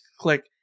click